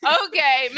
okay